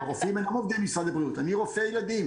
אני רופא ילדים